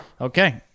Okay